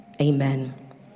amen